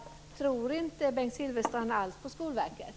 Tror inte Bengt Silfverstrand alls på Skolverket?